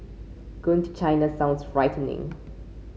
going to China sounds frightening